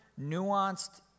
nuanced